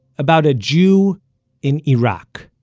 about a jew in iraq.